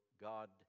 God